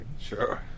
Sure